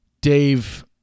Dave –